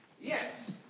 yes